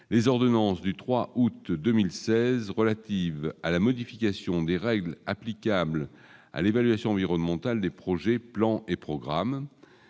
les ordonnances du 3 août 2016 relative à la modification des règles applicables à l'évaluation environnementale des projets plans et programmes